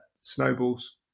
snowballs